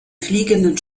fliegenden